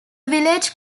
village